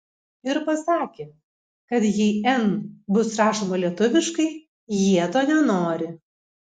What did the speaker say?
ir pasakė kad jei n bus rašoma lietuviškai jie to nenori